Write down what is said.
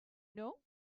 know